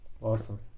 Awesome